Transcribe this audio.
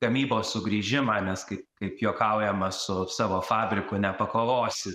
gamybos sugrįžimą nes kaip kaip juokaujama su savo fabriku nepakovosi